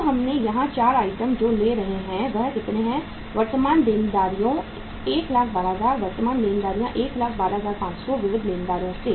अब हम यहां चार आइटम जो ले रहे हैं वह हैं वर्तमान देनदारियों 112000 हैं 112500 विविध लेनदारों है